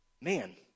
man